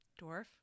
Dwarf